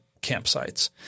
campsites